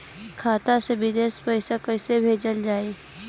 खाता से विदेश पैसा कैसे भेजल जाई?